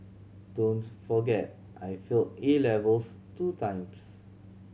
don't forget I failed A levels two times